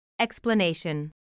Explanation